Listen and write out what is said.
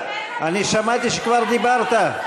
אני שמעתי שכבר דיברת.